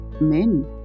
men